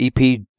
EP